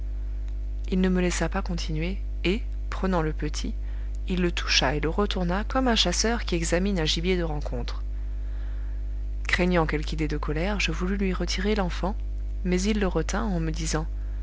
il ne me laissa pas continuer et prenant le petit il le toucha et le retourna comme un chasseur qui examine un gibier de rencontre craignant quelque idée de colère je voulus lui retirer l'enfant mais il le retint en me disant